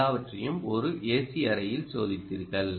எல்லாவற்றையும் ஒரு ஏசி அறையில் சோதித்தீர்கள்